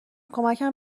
کمکم